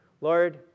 Lord